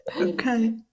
okay